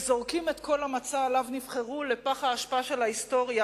וזורקים את כל המצע שעליו נבחרו לפח האשפה של ההיסטוריה,